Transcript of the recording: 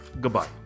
Goodbye